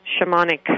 shamanic